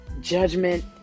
Judgment